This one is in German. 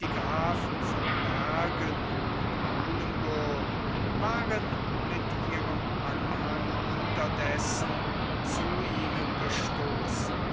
die grafen von bergen und kuilemburg waren mit ihrem anhang unterdessen zu ihnen gestoßen